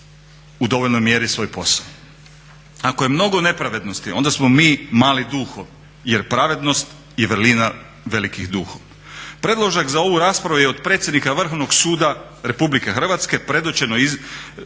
u dovoljnoj mjeri svoj posao. Ako je mnogo nepravednosti onda smo mi mali duhovi jer pravednost je vrlina velikih duhom. Predložak za ovu raspravu je od predsjednika Vrhovnog suda Republike Hrvatske predočeno